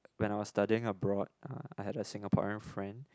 when I was studying abroad uh I had a Singaporean friend